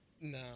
No